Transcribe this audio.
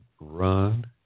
run